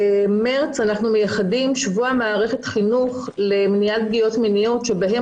במרץ אנחנו מייחדים שבוע מערכת חינוך למניעת פגיעות מיניות שבהם